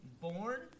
Born